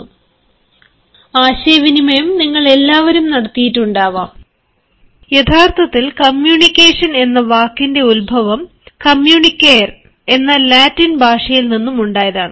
ആശയവിനിമയം നിങ്ങൾക്കെല്ലാവർക്കും സംഭവിച്ചിരിക്കാം ലാറ്റിൻ പദമായ കമ്മ്യൂണിക്കറിൽ നിന്നും എടുത്ത ഒരു പദമാണ് യഥാർത്ഥത്തിൽ അർ ത്ഥമാക്കുന്നത് യഥാർത്ഥത്തിൽ കമ്മ്യൂണിക്കേഷൻ എന്ന വാക്കിന്റെ ഉത്ഭവം കമ്മ്യൂണികെയർ എന്ന ലാറ്റിൻ ഭാഷയിൽ നിന്നും ഉണ്ടായതാണ്